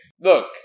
look